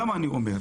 למה אני אומר?